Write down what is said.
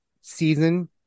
season